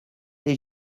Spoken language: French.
lès